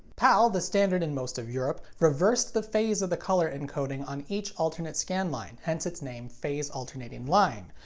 pal, the standard in most of europe, reversed the phase of the color encoding on each alternate scan line, hence its name phase alternating line.